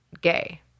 gay